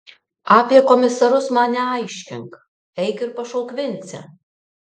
apie komisarus man neaiškink eik ir pašauk vincę